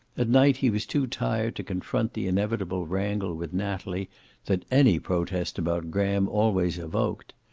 at night he was too tired to confront the inevitable wrangle with natalie that any protest about graham always evoked,